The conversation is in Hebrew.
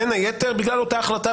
בין היתר בגלל אותה החלטה,